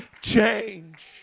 change